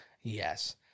Yes